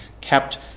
kept